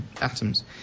atoms